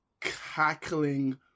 cackling